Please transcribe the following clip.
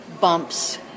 bumps